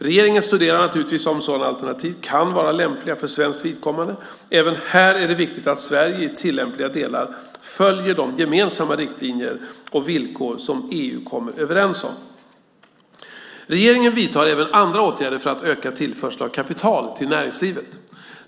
Regeringen studerar naturligtvis om sådana alternativ kan vara lämpliga för svenskt vidkommande. Även här är det viktigt att Sverige i tillämpliga delar följer de gemensamma riktlinjer och villkor som EU kommer överens om. Regeringen vidtar även andra åtgärder för att öka tillförseln av kapital till näringslivet.